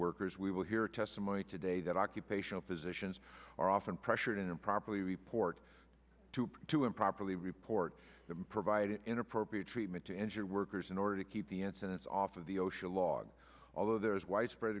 workers we will hear testimony today that occupational physicians are often pressured improperly report to to improperly report them provide an inappropriate treatment to injured workers in order to keep the incidents off of the osha log although there is widespread